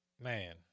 man